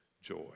joy